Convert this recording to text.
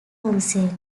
council